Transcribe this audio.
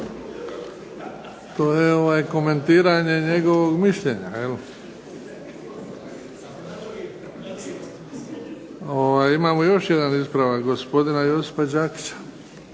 To je komentiranje njegovog mišljenja. Imamo još jedan ispravak, gospodina Josipa Đakića.